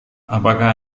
apakah